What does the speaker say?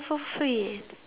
so sweet